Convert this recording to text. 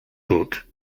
book